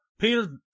peter